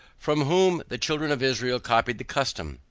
from whom the children of israel copied the custom.